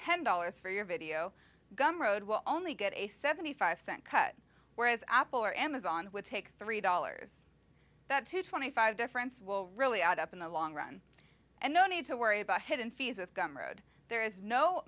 ten dollars for your video game road will only get a seventy five cent cut whereas apple or amazon would take three dollars that to twenty five difference will really add up in the long run and no need to worry about hidden fees of gum road there is no